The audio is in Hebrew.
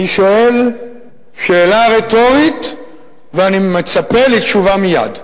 אני שואל שאלה רטורית ואני מצפה לתשובה מייד.